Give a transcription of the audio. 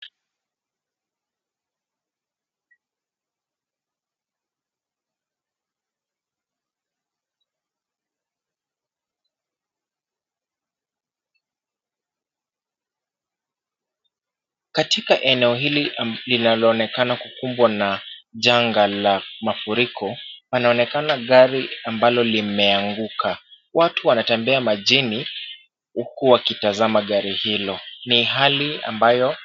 Katika eneo hili inaoonekana kukumbwa na janga la mafuriko, panaonekana gari ambalo limeanguka. Watu wanatembea majini huku wakitazama gari hilo, ni gari ambayo...